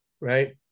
right